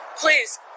please